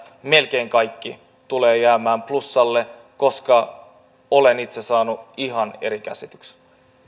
melkein kaikki tulevat jäämään plussalle koska olen itse saanut ihan eri käsityksen